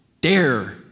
Dare